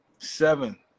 Seven